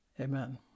Amen